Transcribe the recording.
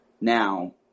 Now